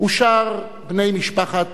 ושאר משפחת